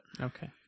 Okay